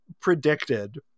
predicted